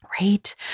right